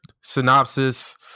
synopsis